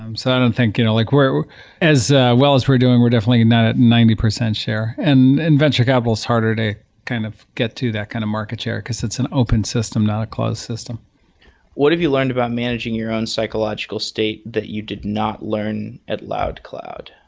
um so i don't think you know like as well as we're doing, we're definitely and not at ninety percent share. and and venture capital is harder to kind of get to that kind of market share, because it's an open system, not a closed system what have you learned about managing your own psychological state that you did not learn at loudcloud?